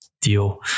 deal